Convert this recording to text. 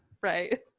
Right